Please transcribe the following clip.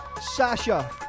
Sasha